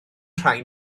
rhai